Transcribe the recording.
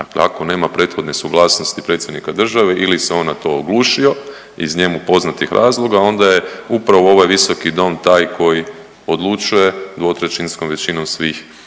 Dakle, ako nema prethodne suglasnosti Predsjednika države ili se on na to oglušio iz njemu poznatih razloga onda je upravo ovaj Visoki dom taj koji odlučuje dvotrećinskom većinom svih